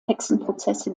hexenprozesse